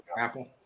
Apple